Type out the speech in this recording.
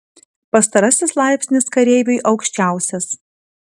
pastarasis laipsnis kareiviui aukščiausias